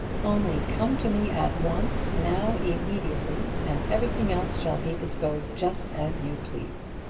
only come to me at once now, immediately, and everything else shall be disposed just as you please.